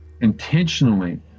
intentionally